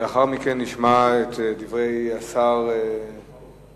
ולאחר מכן נשמע את דברי השר לנדאו.